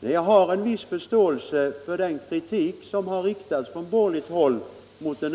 i länsstyrelsens styrelse.